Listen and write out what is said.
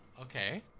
Okay